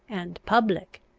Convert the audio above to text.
and public?